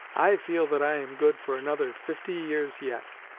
i feel that i am good for another fifty years yet